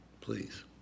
Please